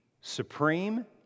supreme